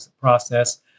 process